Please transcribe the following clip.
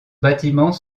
bâtiments